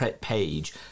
page